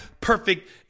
perfect